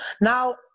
Now